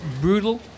brutal